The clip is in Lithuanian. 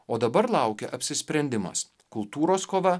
o dabar laukia apsisprendimas kultūros kova